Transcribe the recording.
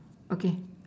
okay